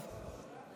למחבלים,